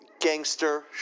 gangster